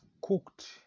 cooked